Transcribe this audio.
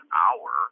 hour